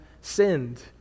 sinned